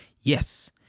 Yes